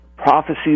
prophecies